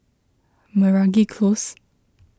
Meragi Close